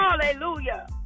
Hallelujah